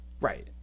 Right